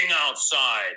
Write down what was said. outside